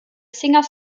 singer